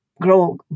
grow